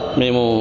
memu